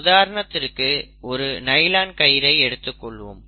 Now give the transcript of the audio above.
உதாரணத்திற்கு ஒரு நைலான் கயிரை எடுத்துக் கொள்வோம்